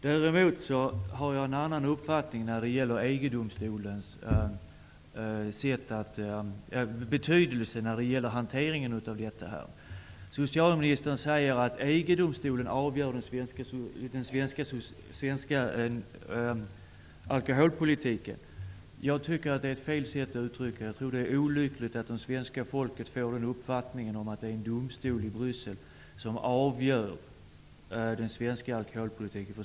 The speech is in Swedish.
Däremot har jag en annan uppfattning när det gäller EG-domstolens betydelse i fråga om hanteringen av dessa frågor. Socialministern säger att EG-domstolen avgör den svenska alkoholpolitiken. Jag tycker att det är fel att uttrycka det hela så. Det är olyckligt om det svenska folket får uppfattningen att det är en domstol i Bryssel som avgör den svenska alkoholpolitiken.